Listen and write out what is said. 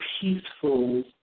peaceful